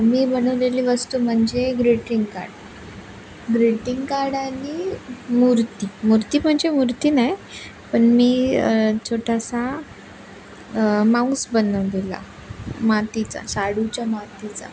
मी बनवलेली वस्तू म्हणजे ग्रीटिंग कार्ड ग्रीटिंग कार्ड आणि मूर्ती मूर्ती म्हणजे मूर्ती नाही पण मी छोटासा माऊस बनवून दिला मातीचा शाडूच्या मातीचा